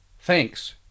Thanks